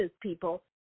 people